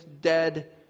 dead